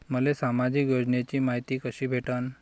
मले सामाजिक योजनेची मायती कशी भेटन?